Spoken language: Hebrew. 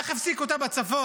איך הוא הפסיק אותה בצפון?